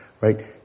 Right